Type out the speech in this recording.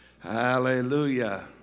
Hallelujah